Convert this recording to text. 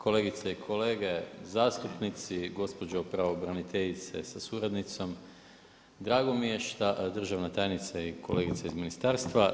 Kolegice i kolege zastupnici, gospođo pravobraniteljice sa suradnicom, drago mi je šta, državna tajnice i kolegice iz ministarstva.